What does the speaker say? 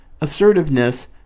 assertiveness